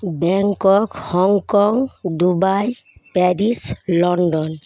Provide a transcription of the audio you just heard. Bangkok Hong Kong Dubai Paris London